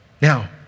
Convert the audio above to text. Now